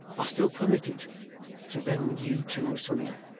i still permitted to rend you two asunder